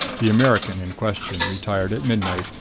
the american in question retired at midnight,